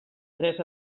tres